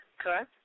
correct